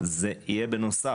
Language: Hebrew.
זה יהיה בנוסף.